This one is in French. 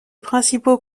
principaux